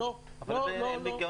לא, לא נכון --- אבל אין היגיון בקו הזה.